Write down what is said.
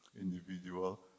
individual